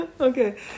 Okay